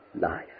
life